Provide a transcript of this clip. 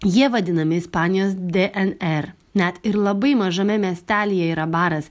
jie vadinami ispanijos dnr net ir labai mažame miestelyje yra baras